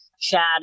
chat